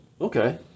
okay